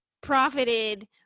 profited